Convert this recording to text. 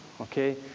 okay